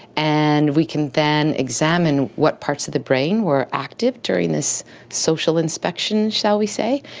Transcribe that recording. and we can then examine what parts of the brain were active during this social inspection, shall we say,